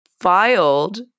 filed